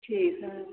ठीक है